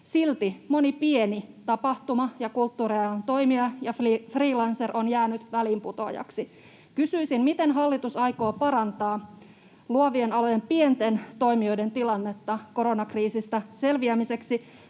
Silti moni pieni tapahtuma- ja kulttuurialan toimija ja freelancer on jäänyt väliinputoajaksi. Kysyisin: Miten hallitus aikoo parantaa luovien alojen pienten toimijoiden tilannetta koronakriisistä selviämiseksi?